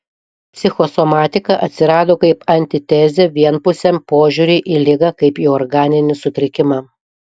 psichosomatika atsirado kaip antitezė vienpusiam požiūriui į ligą kaip į organinį sutrikimą